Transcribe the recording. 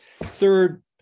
Third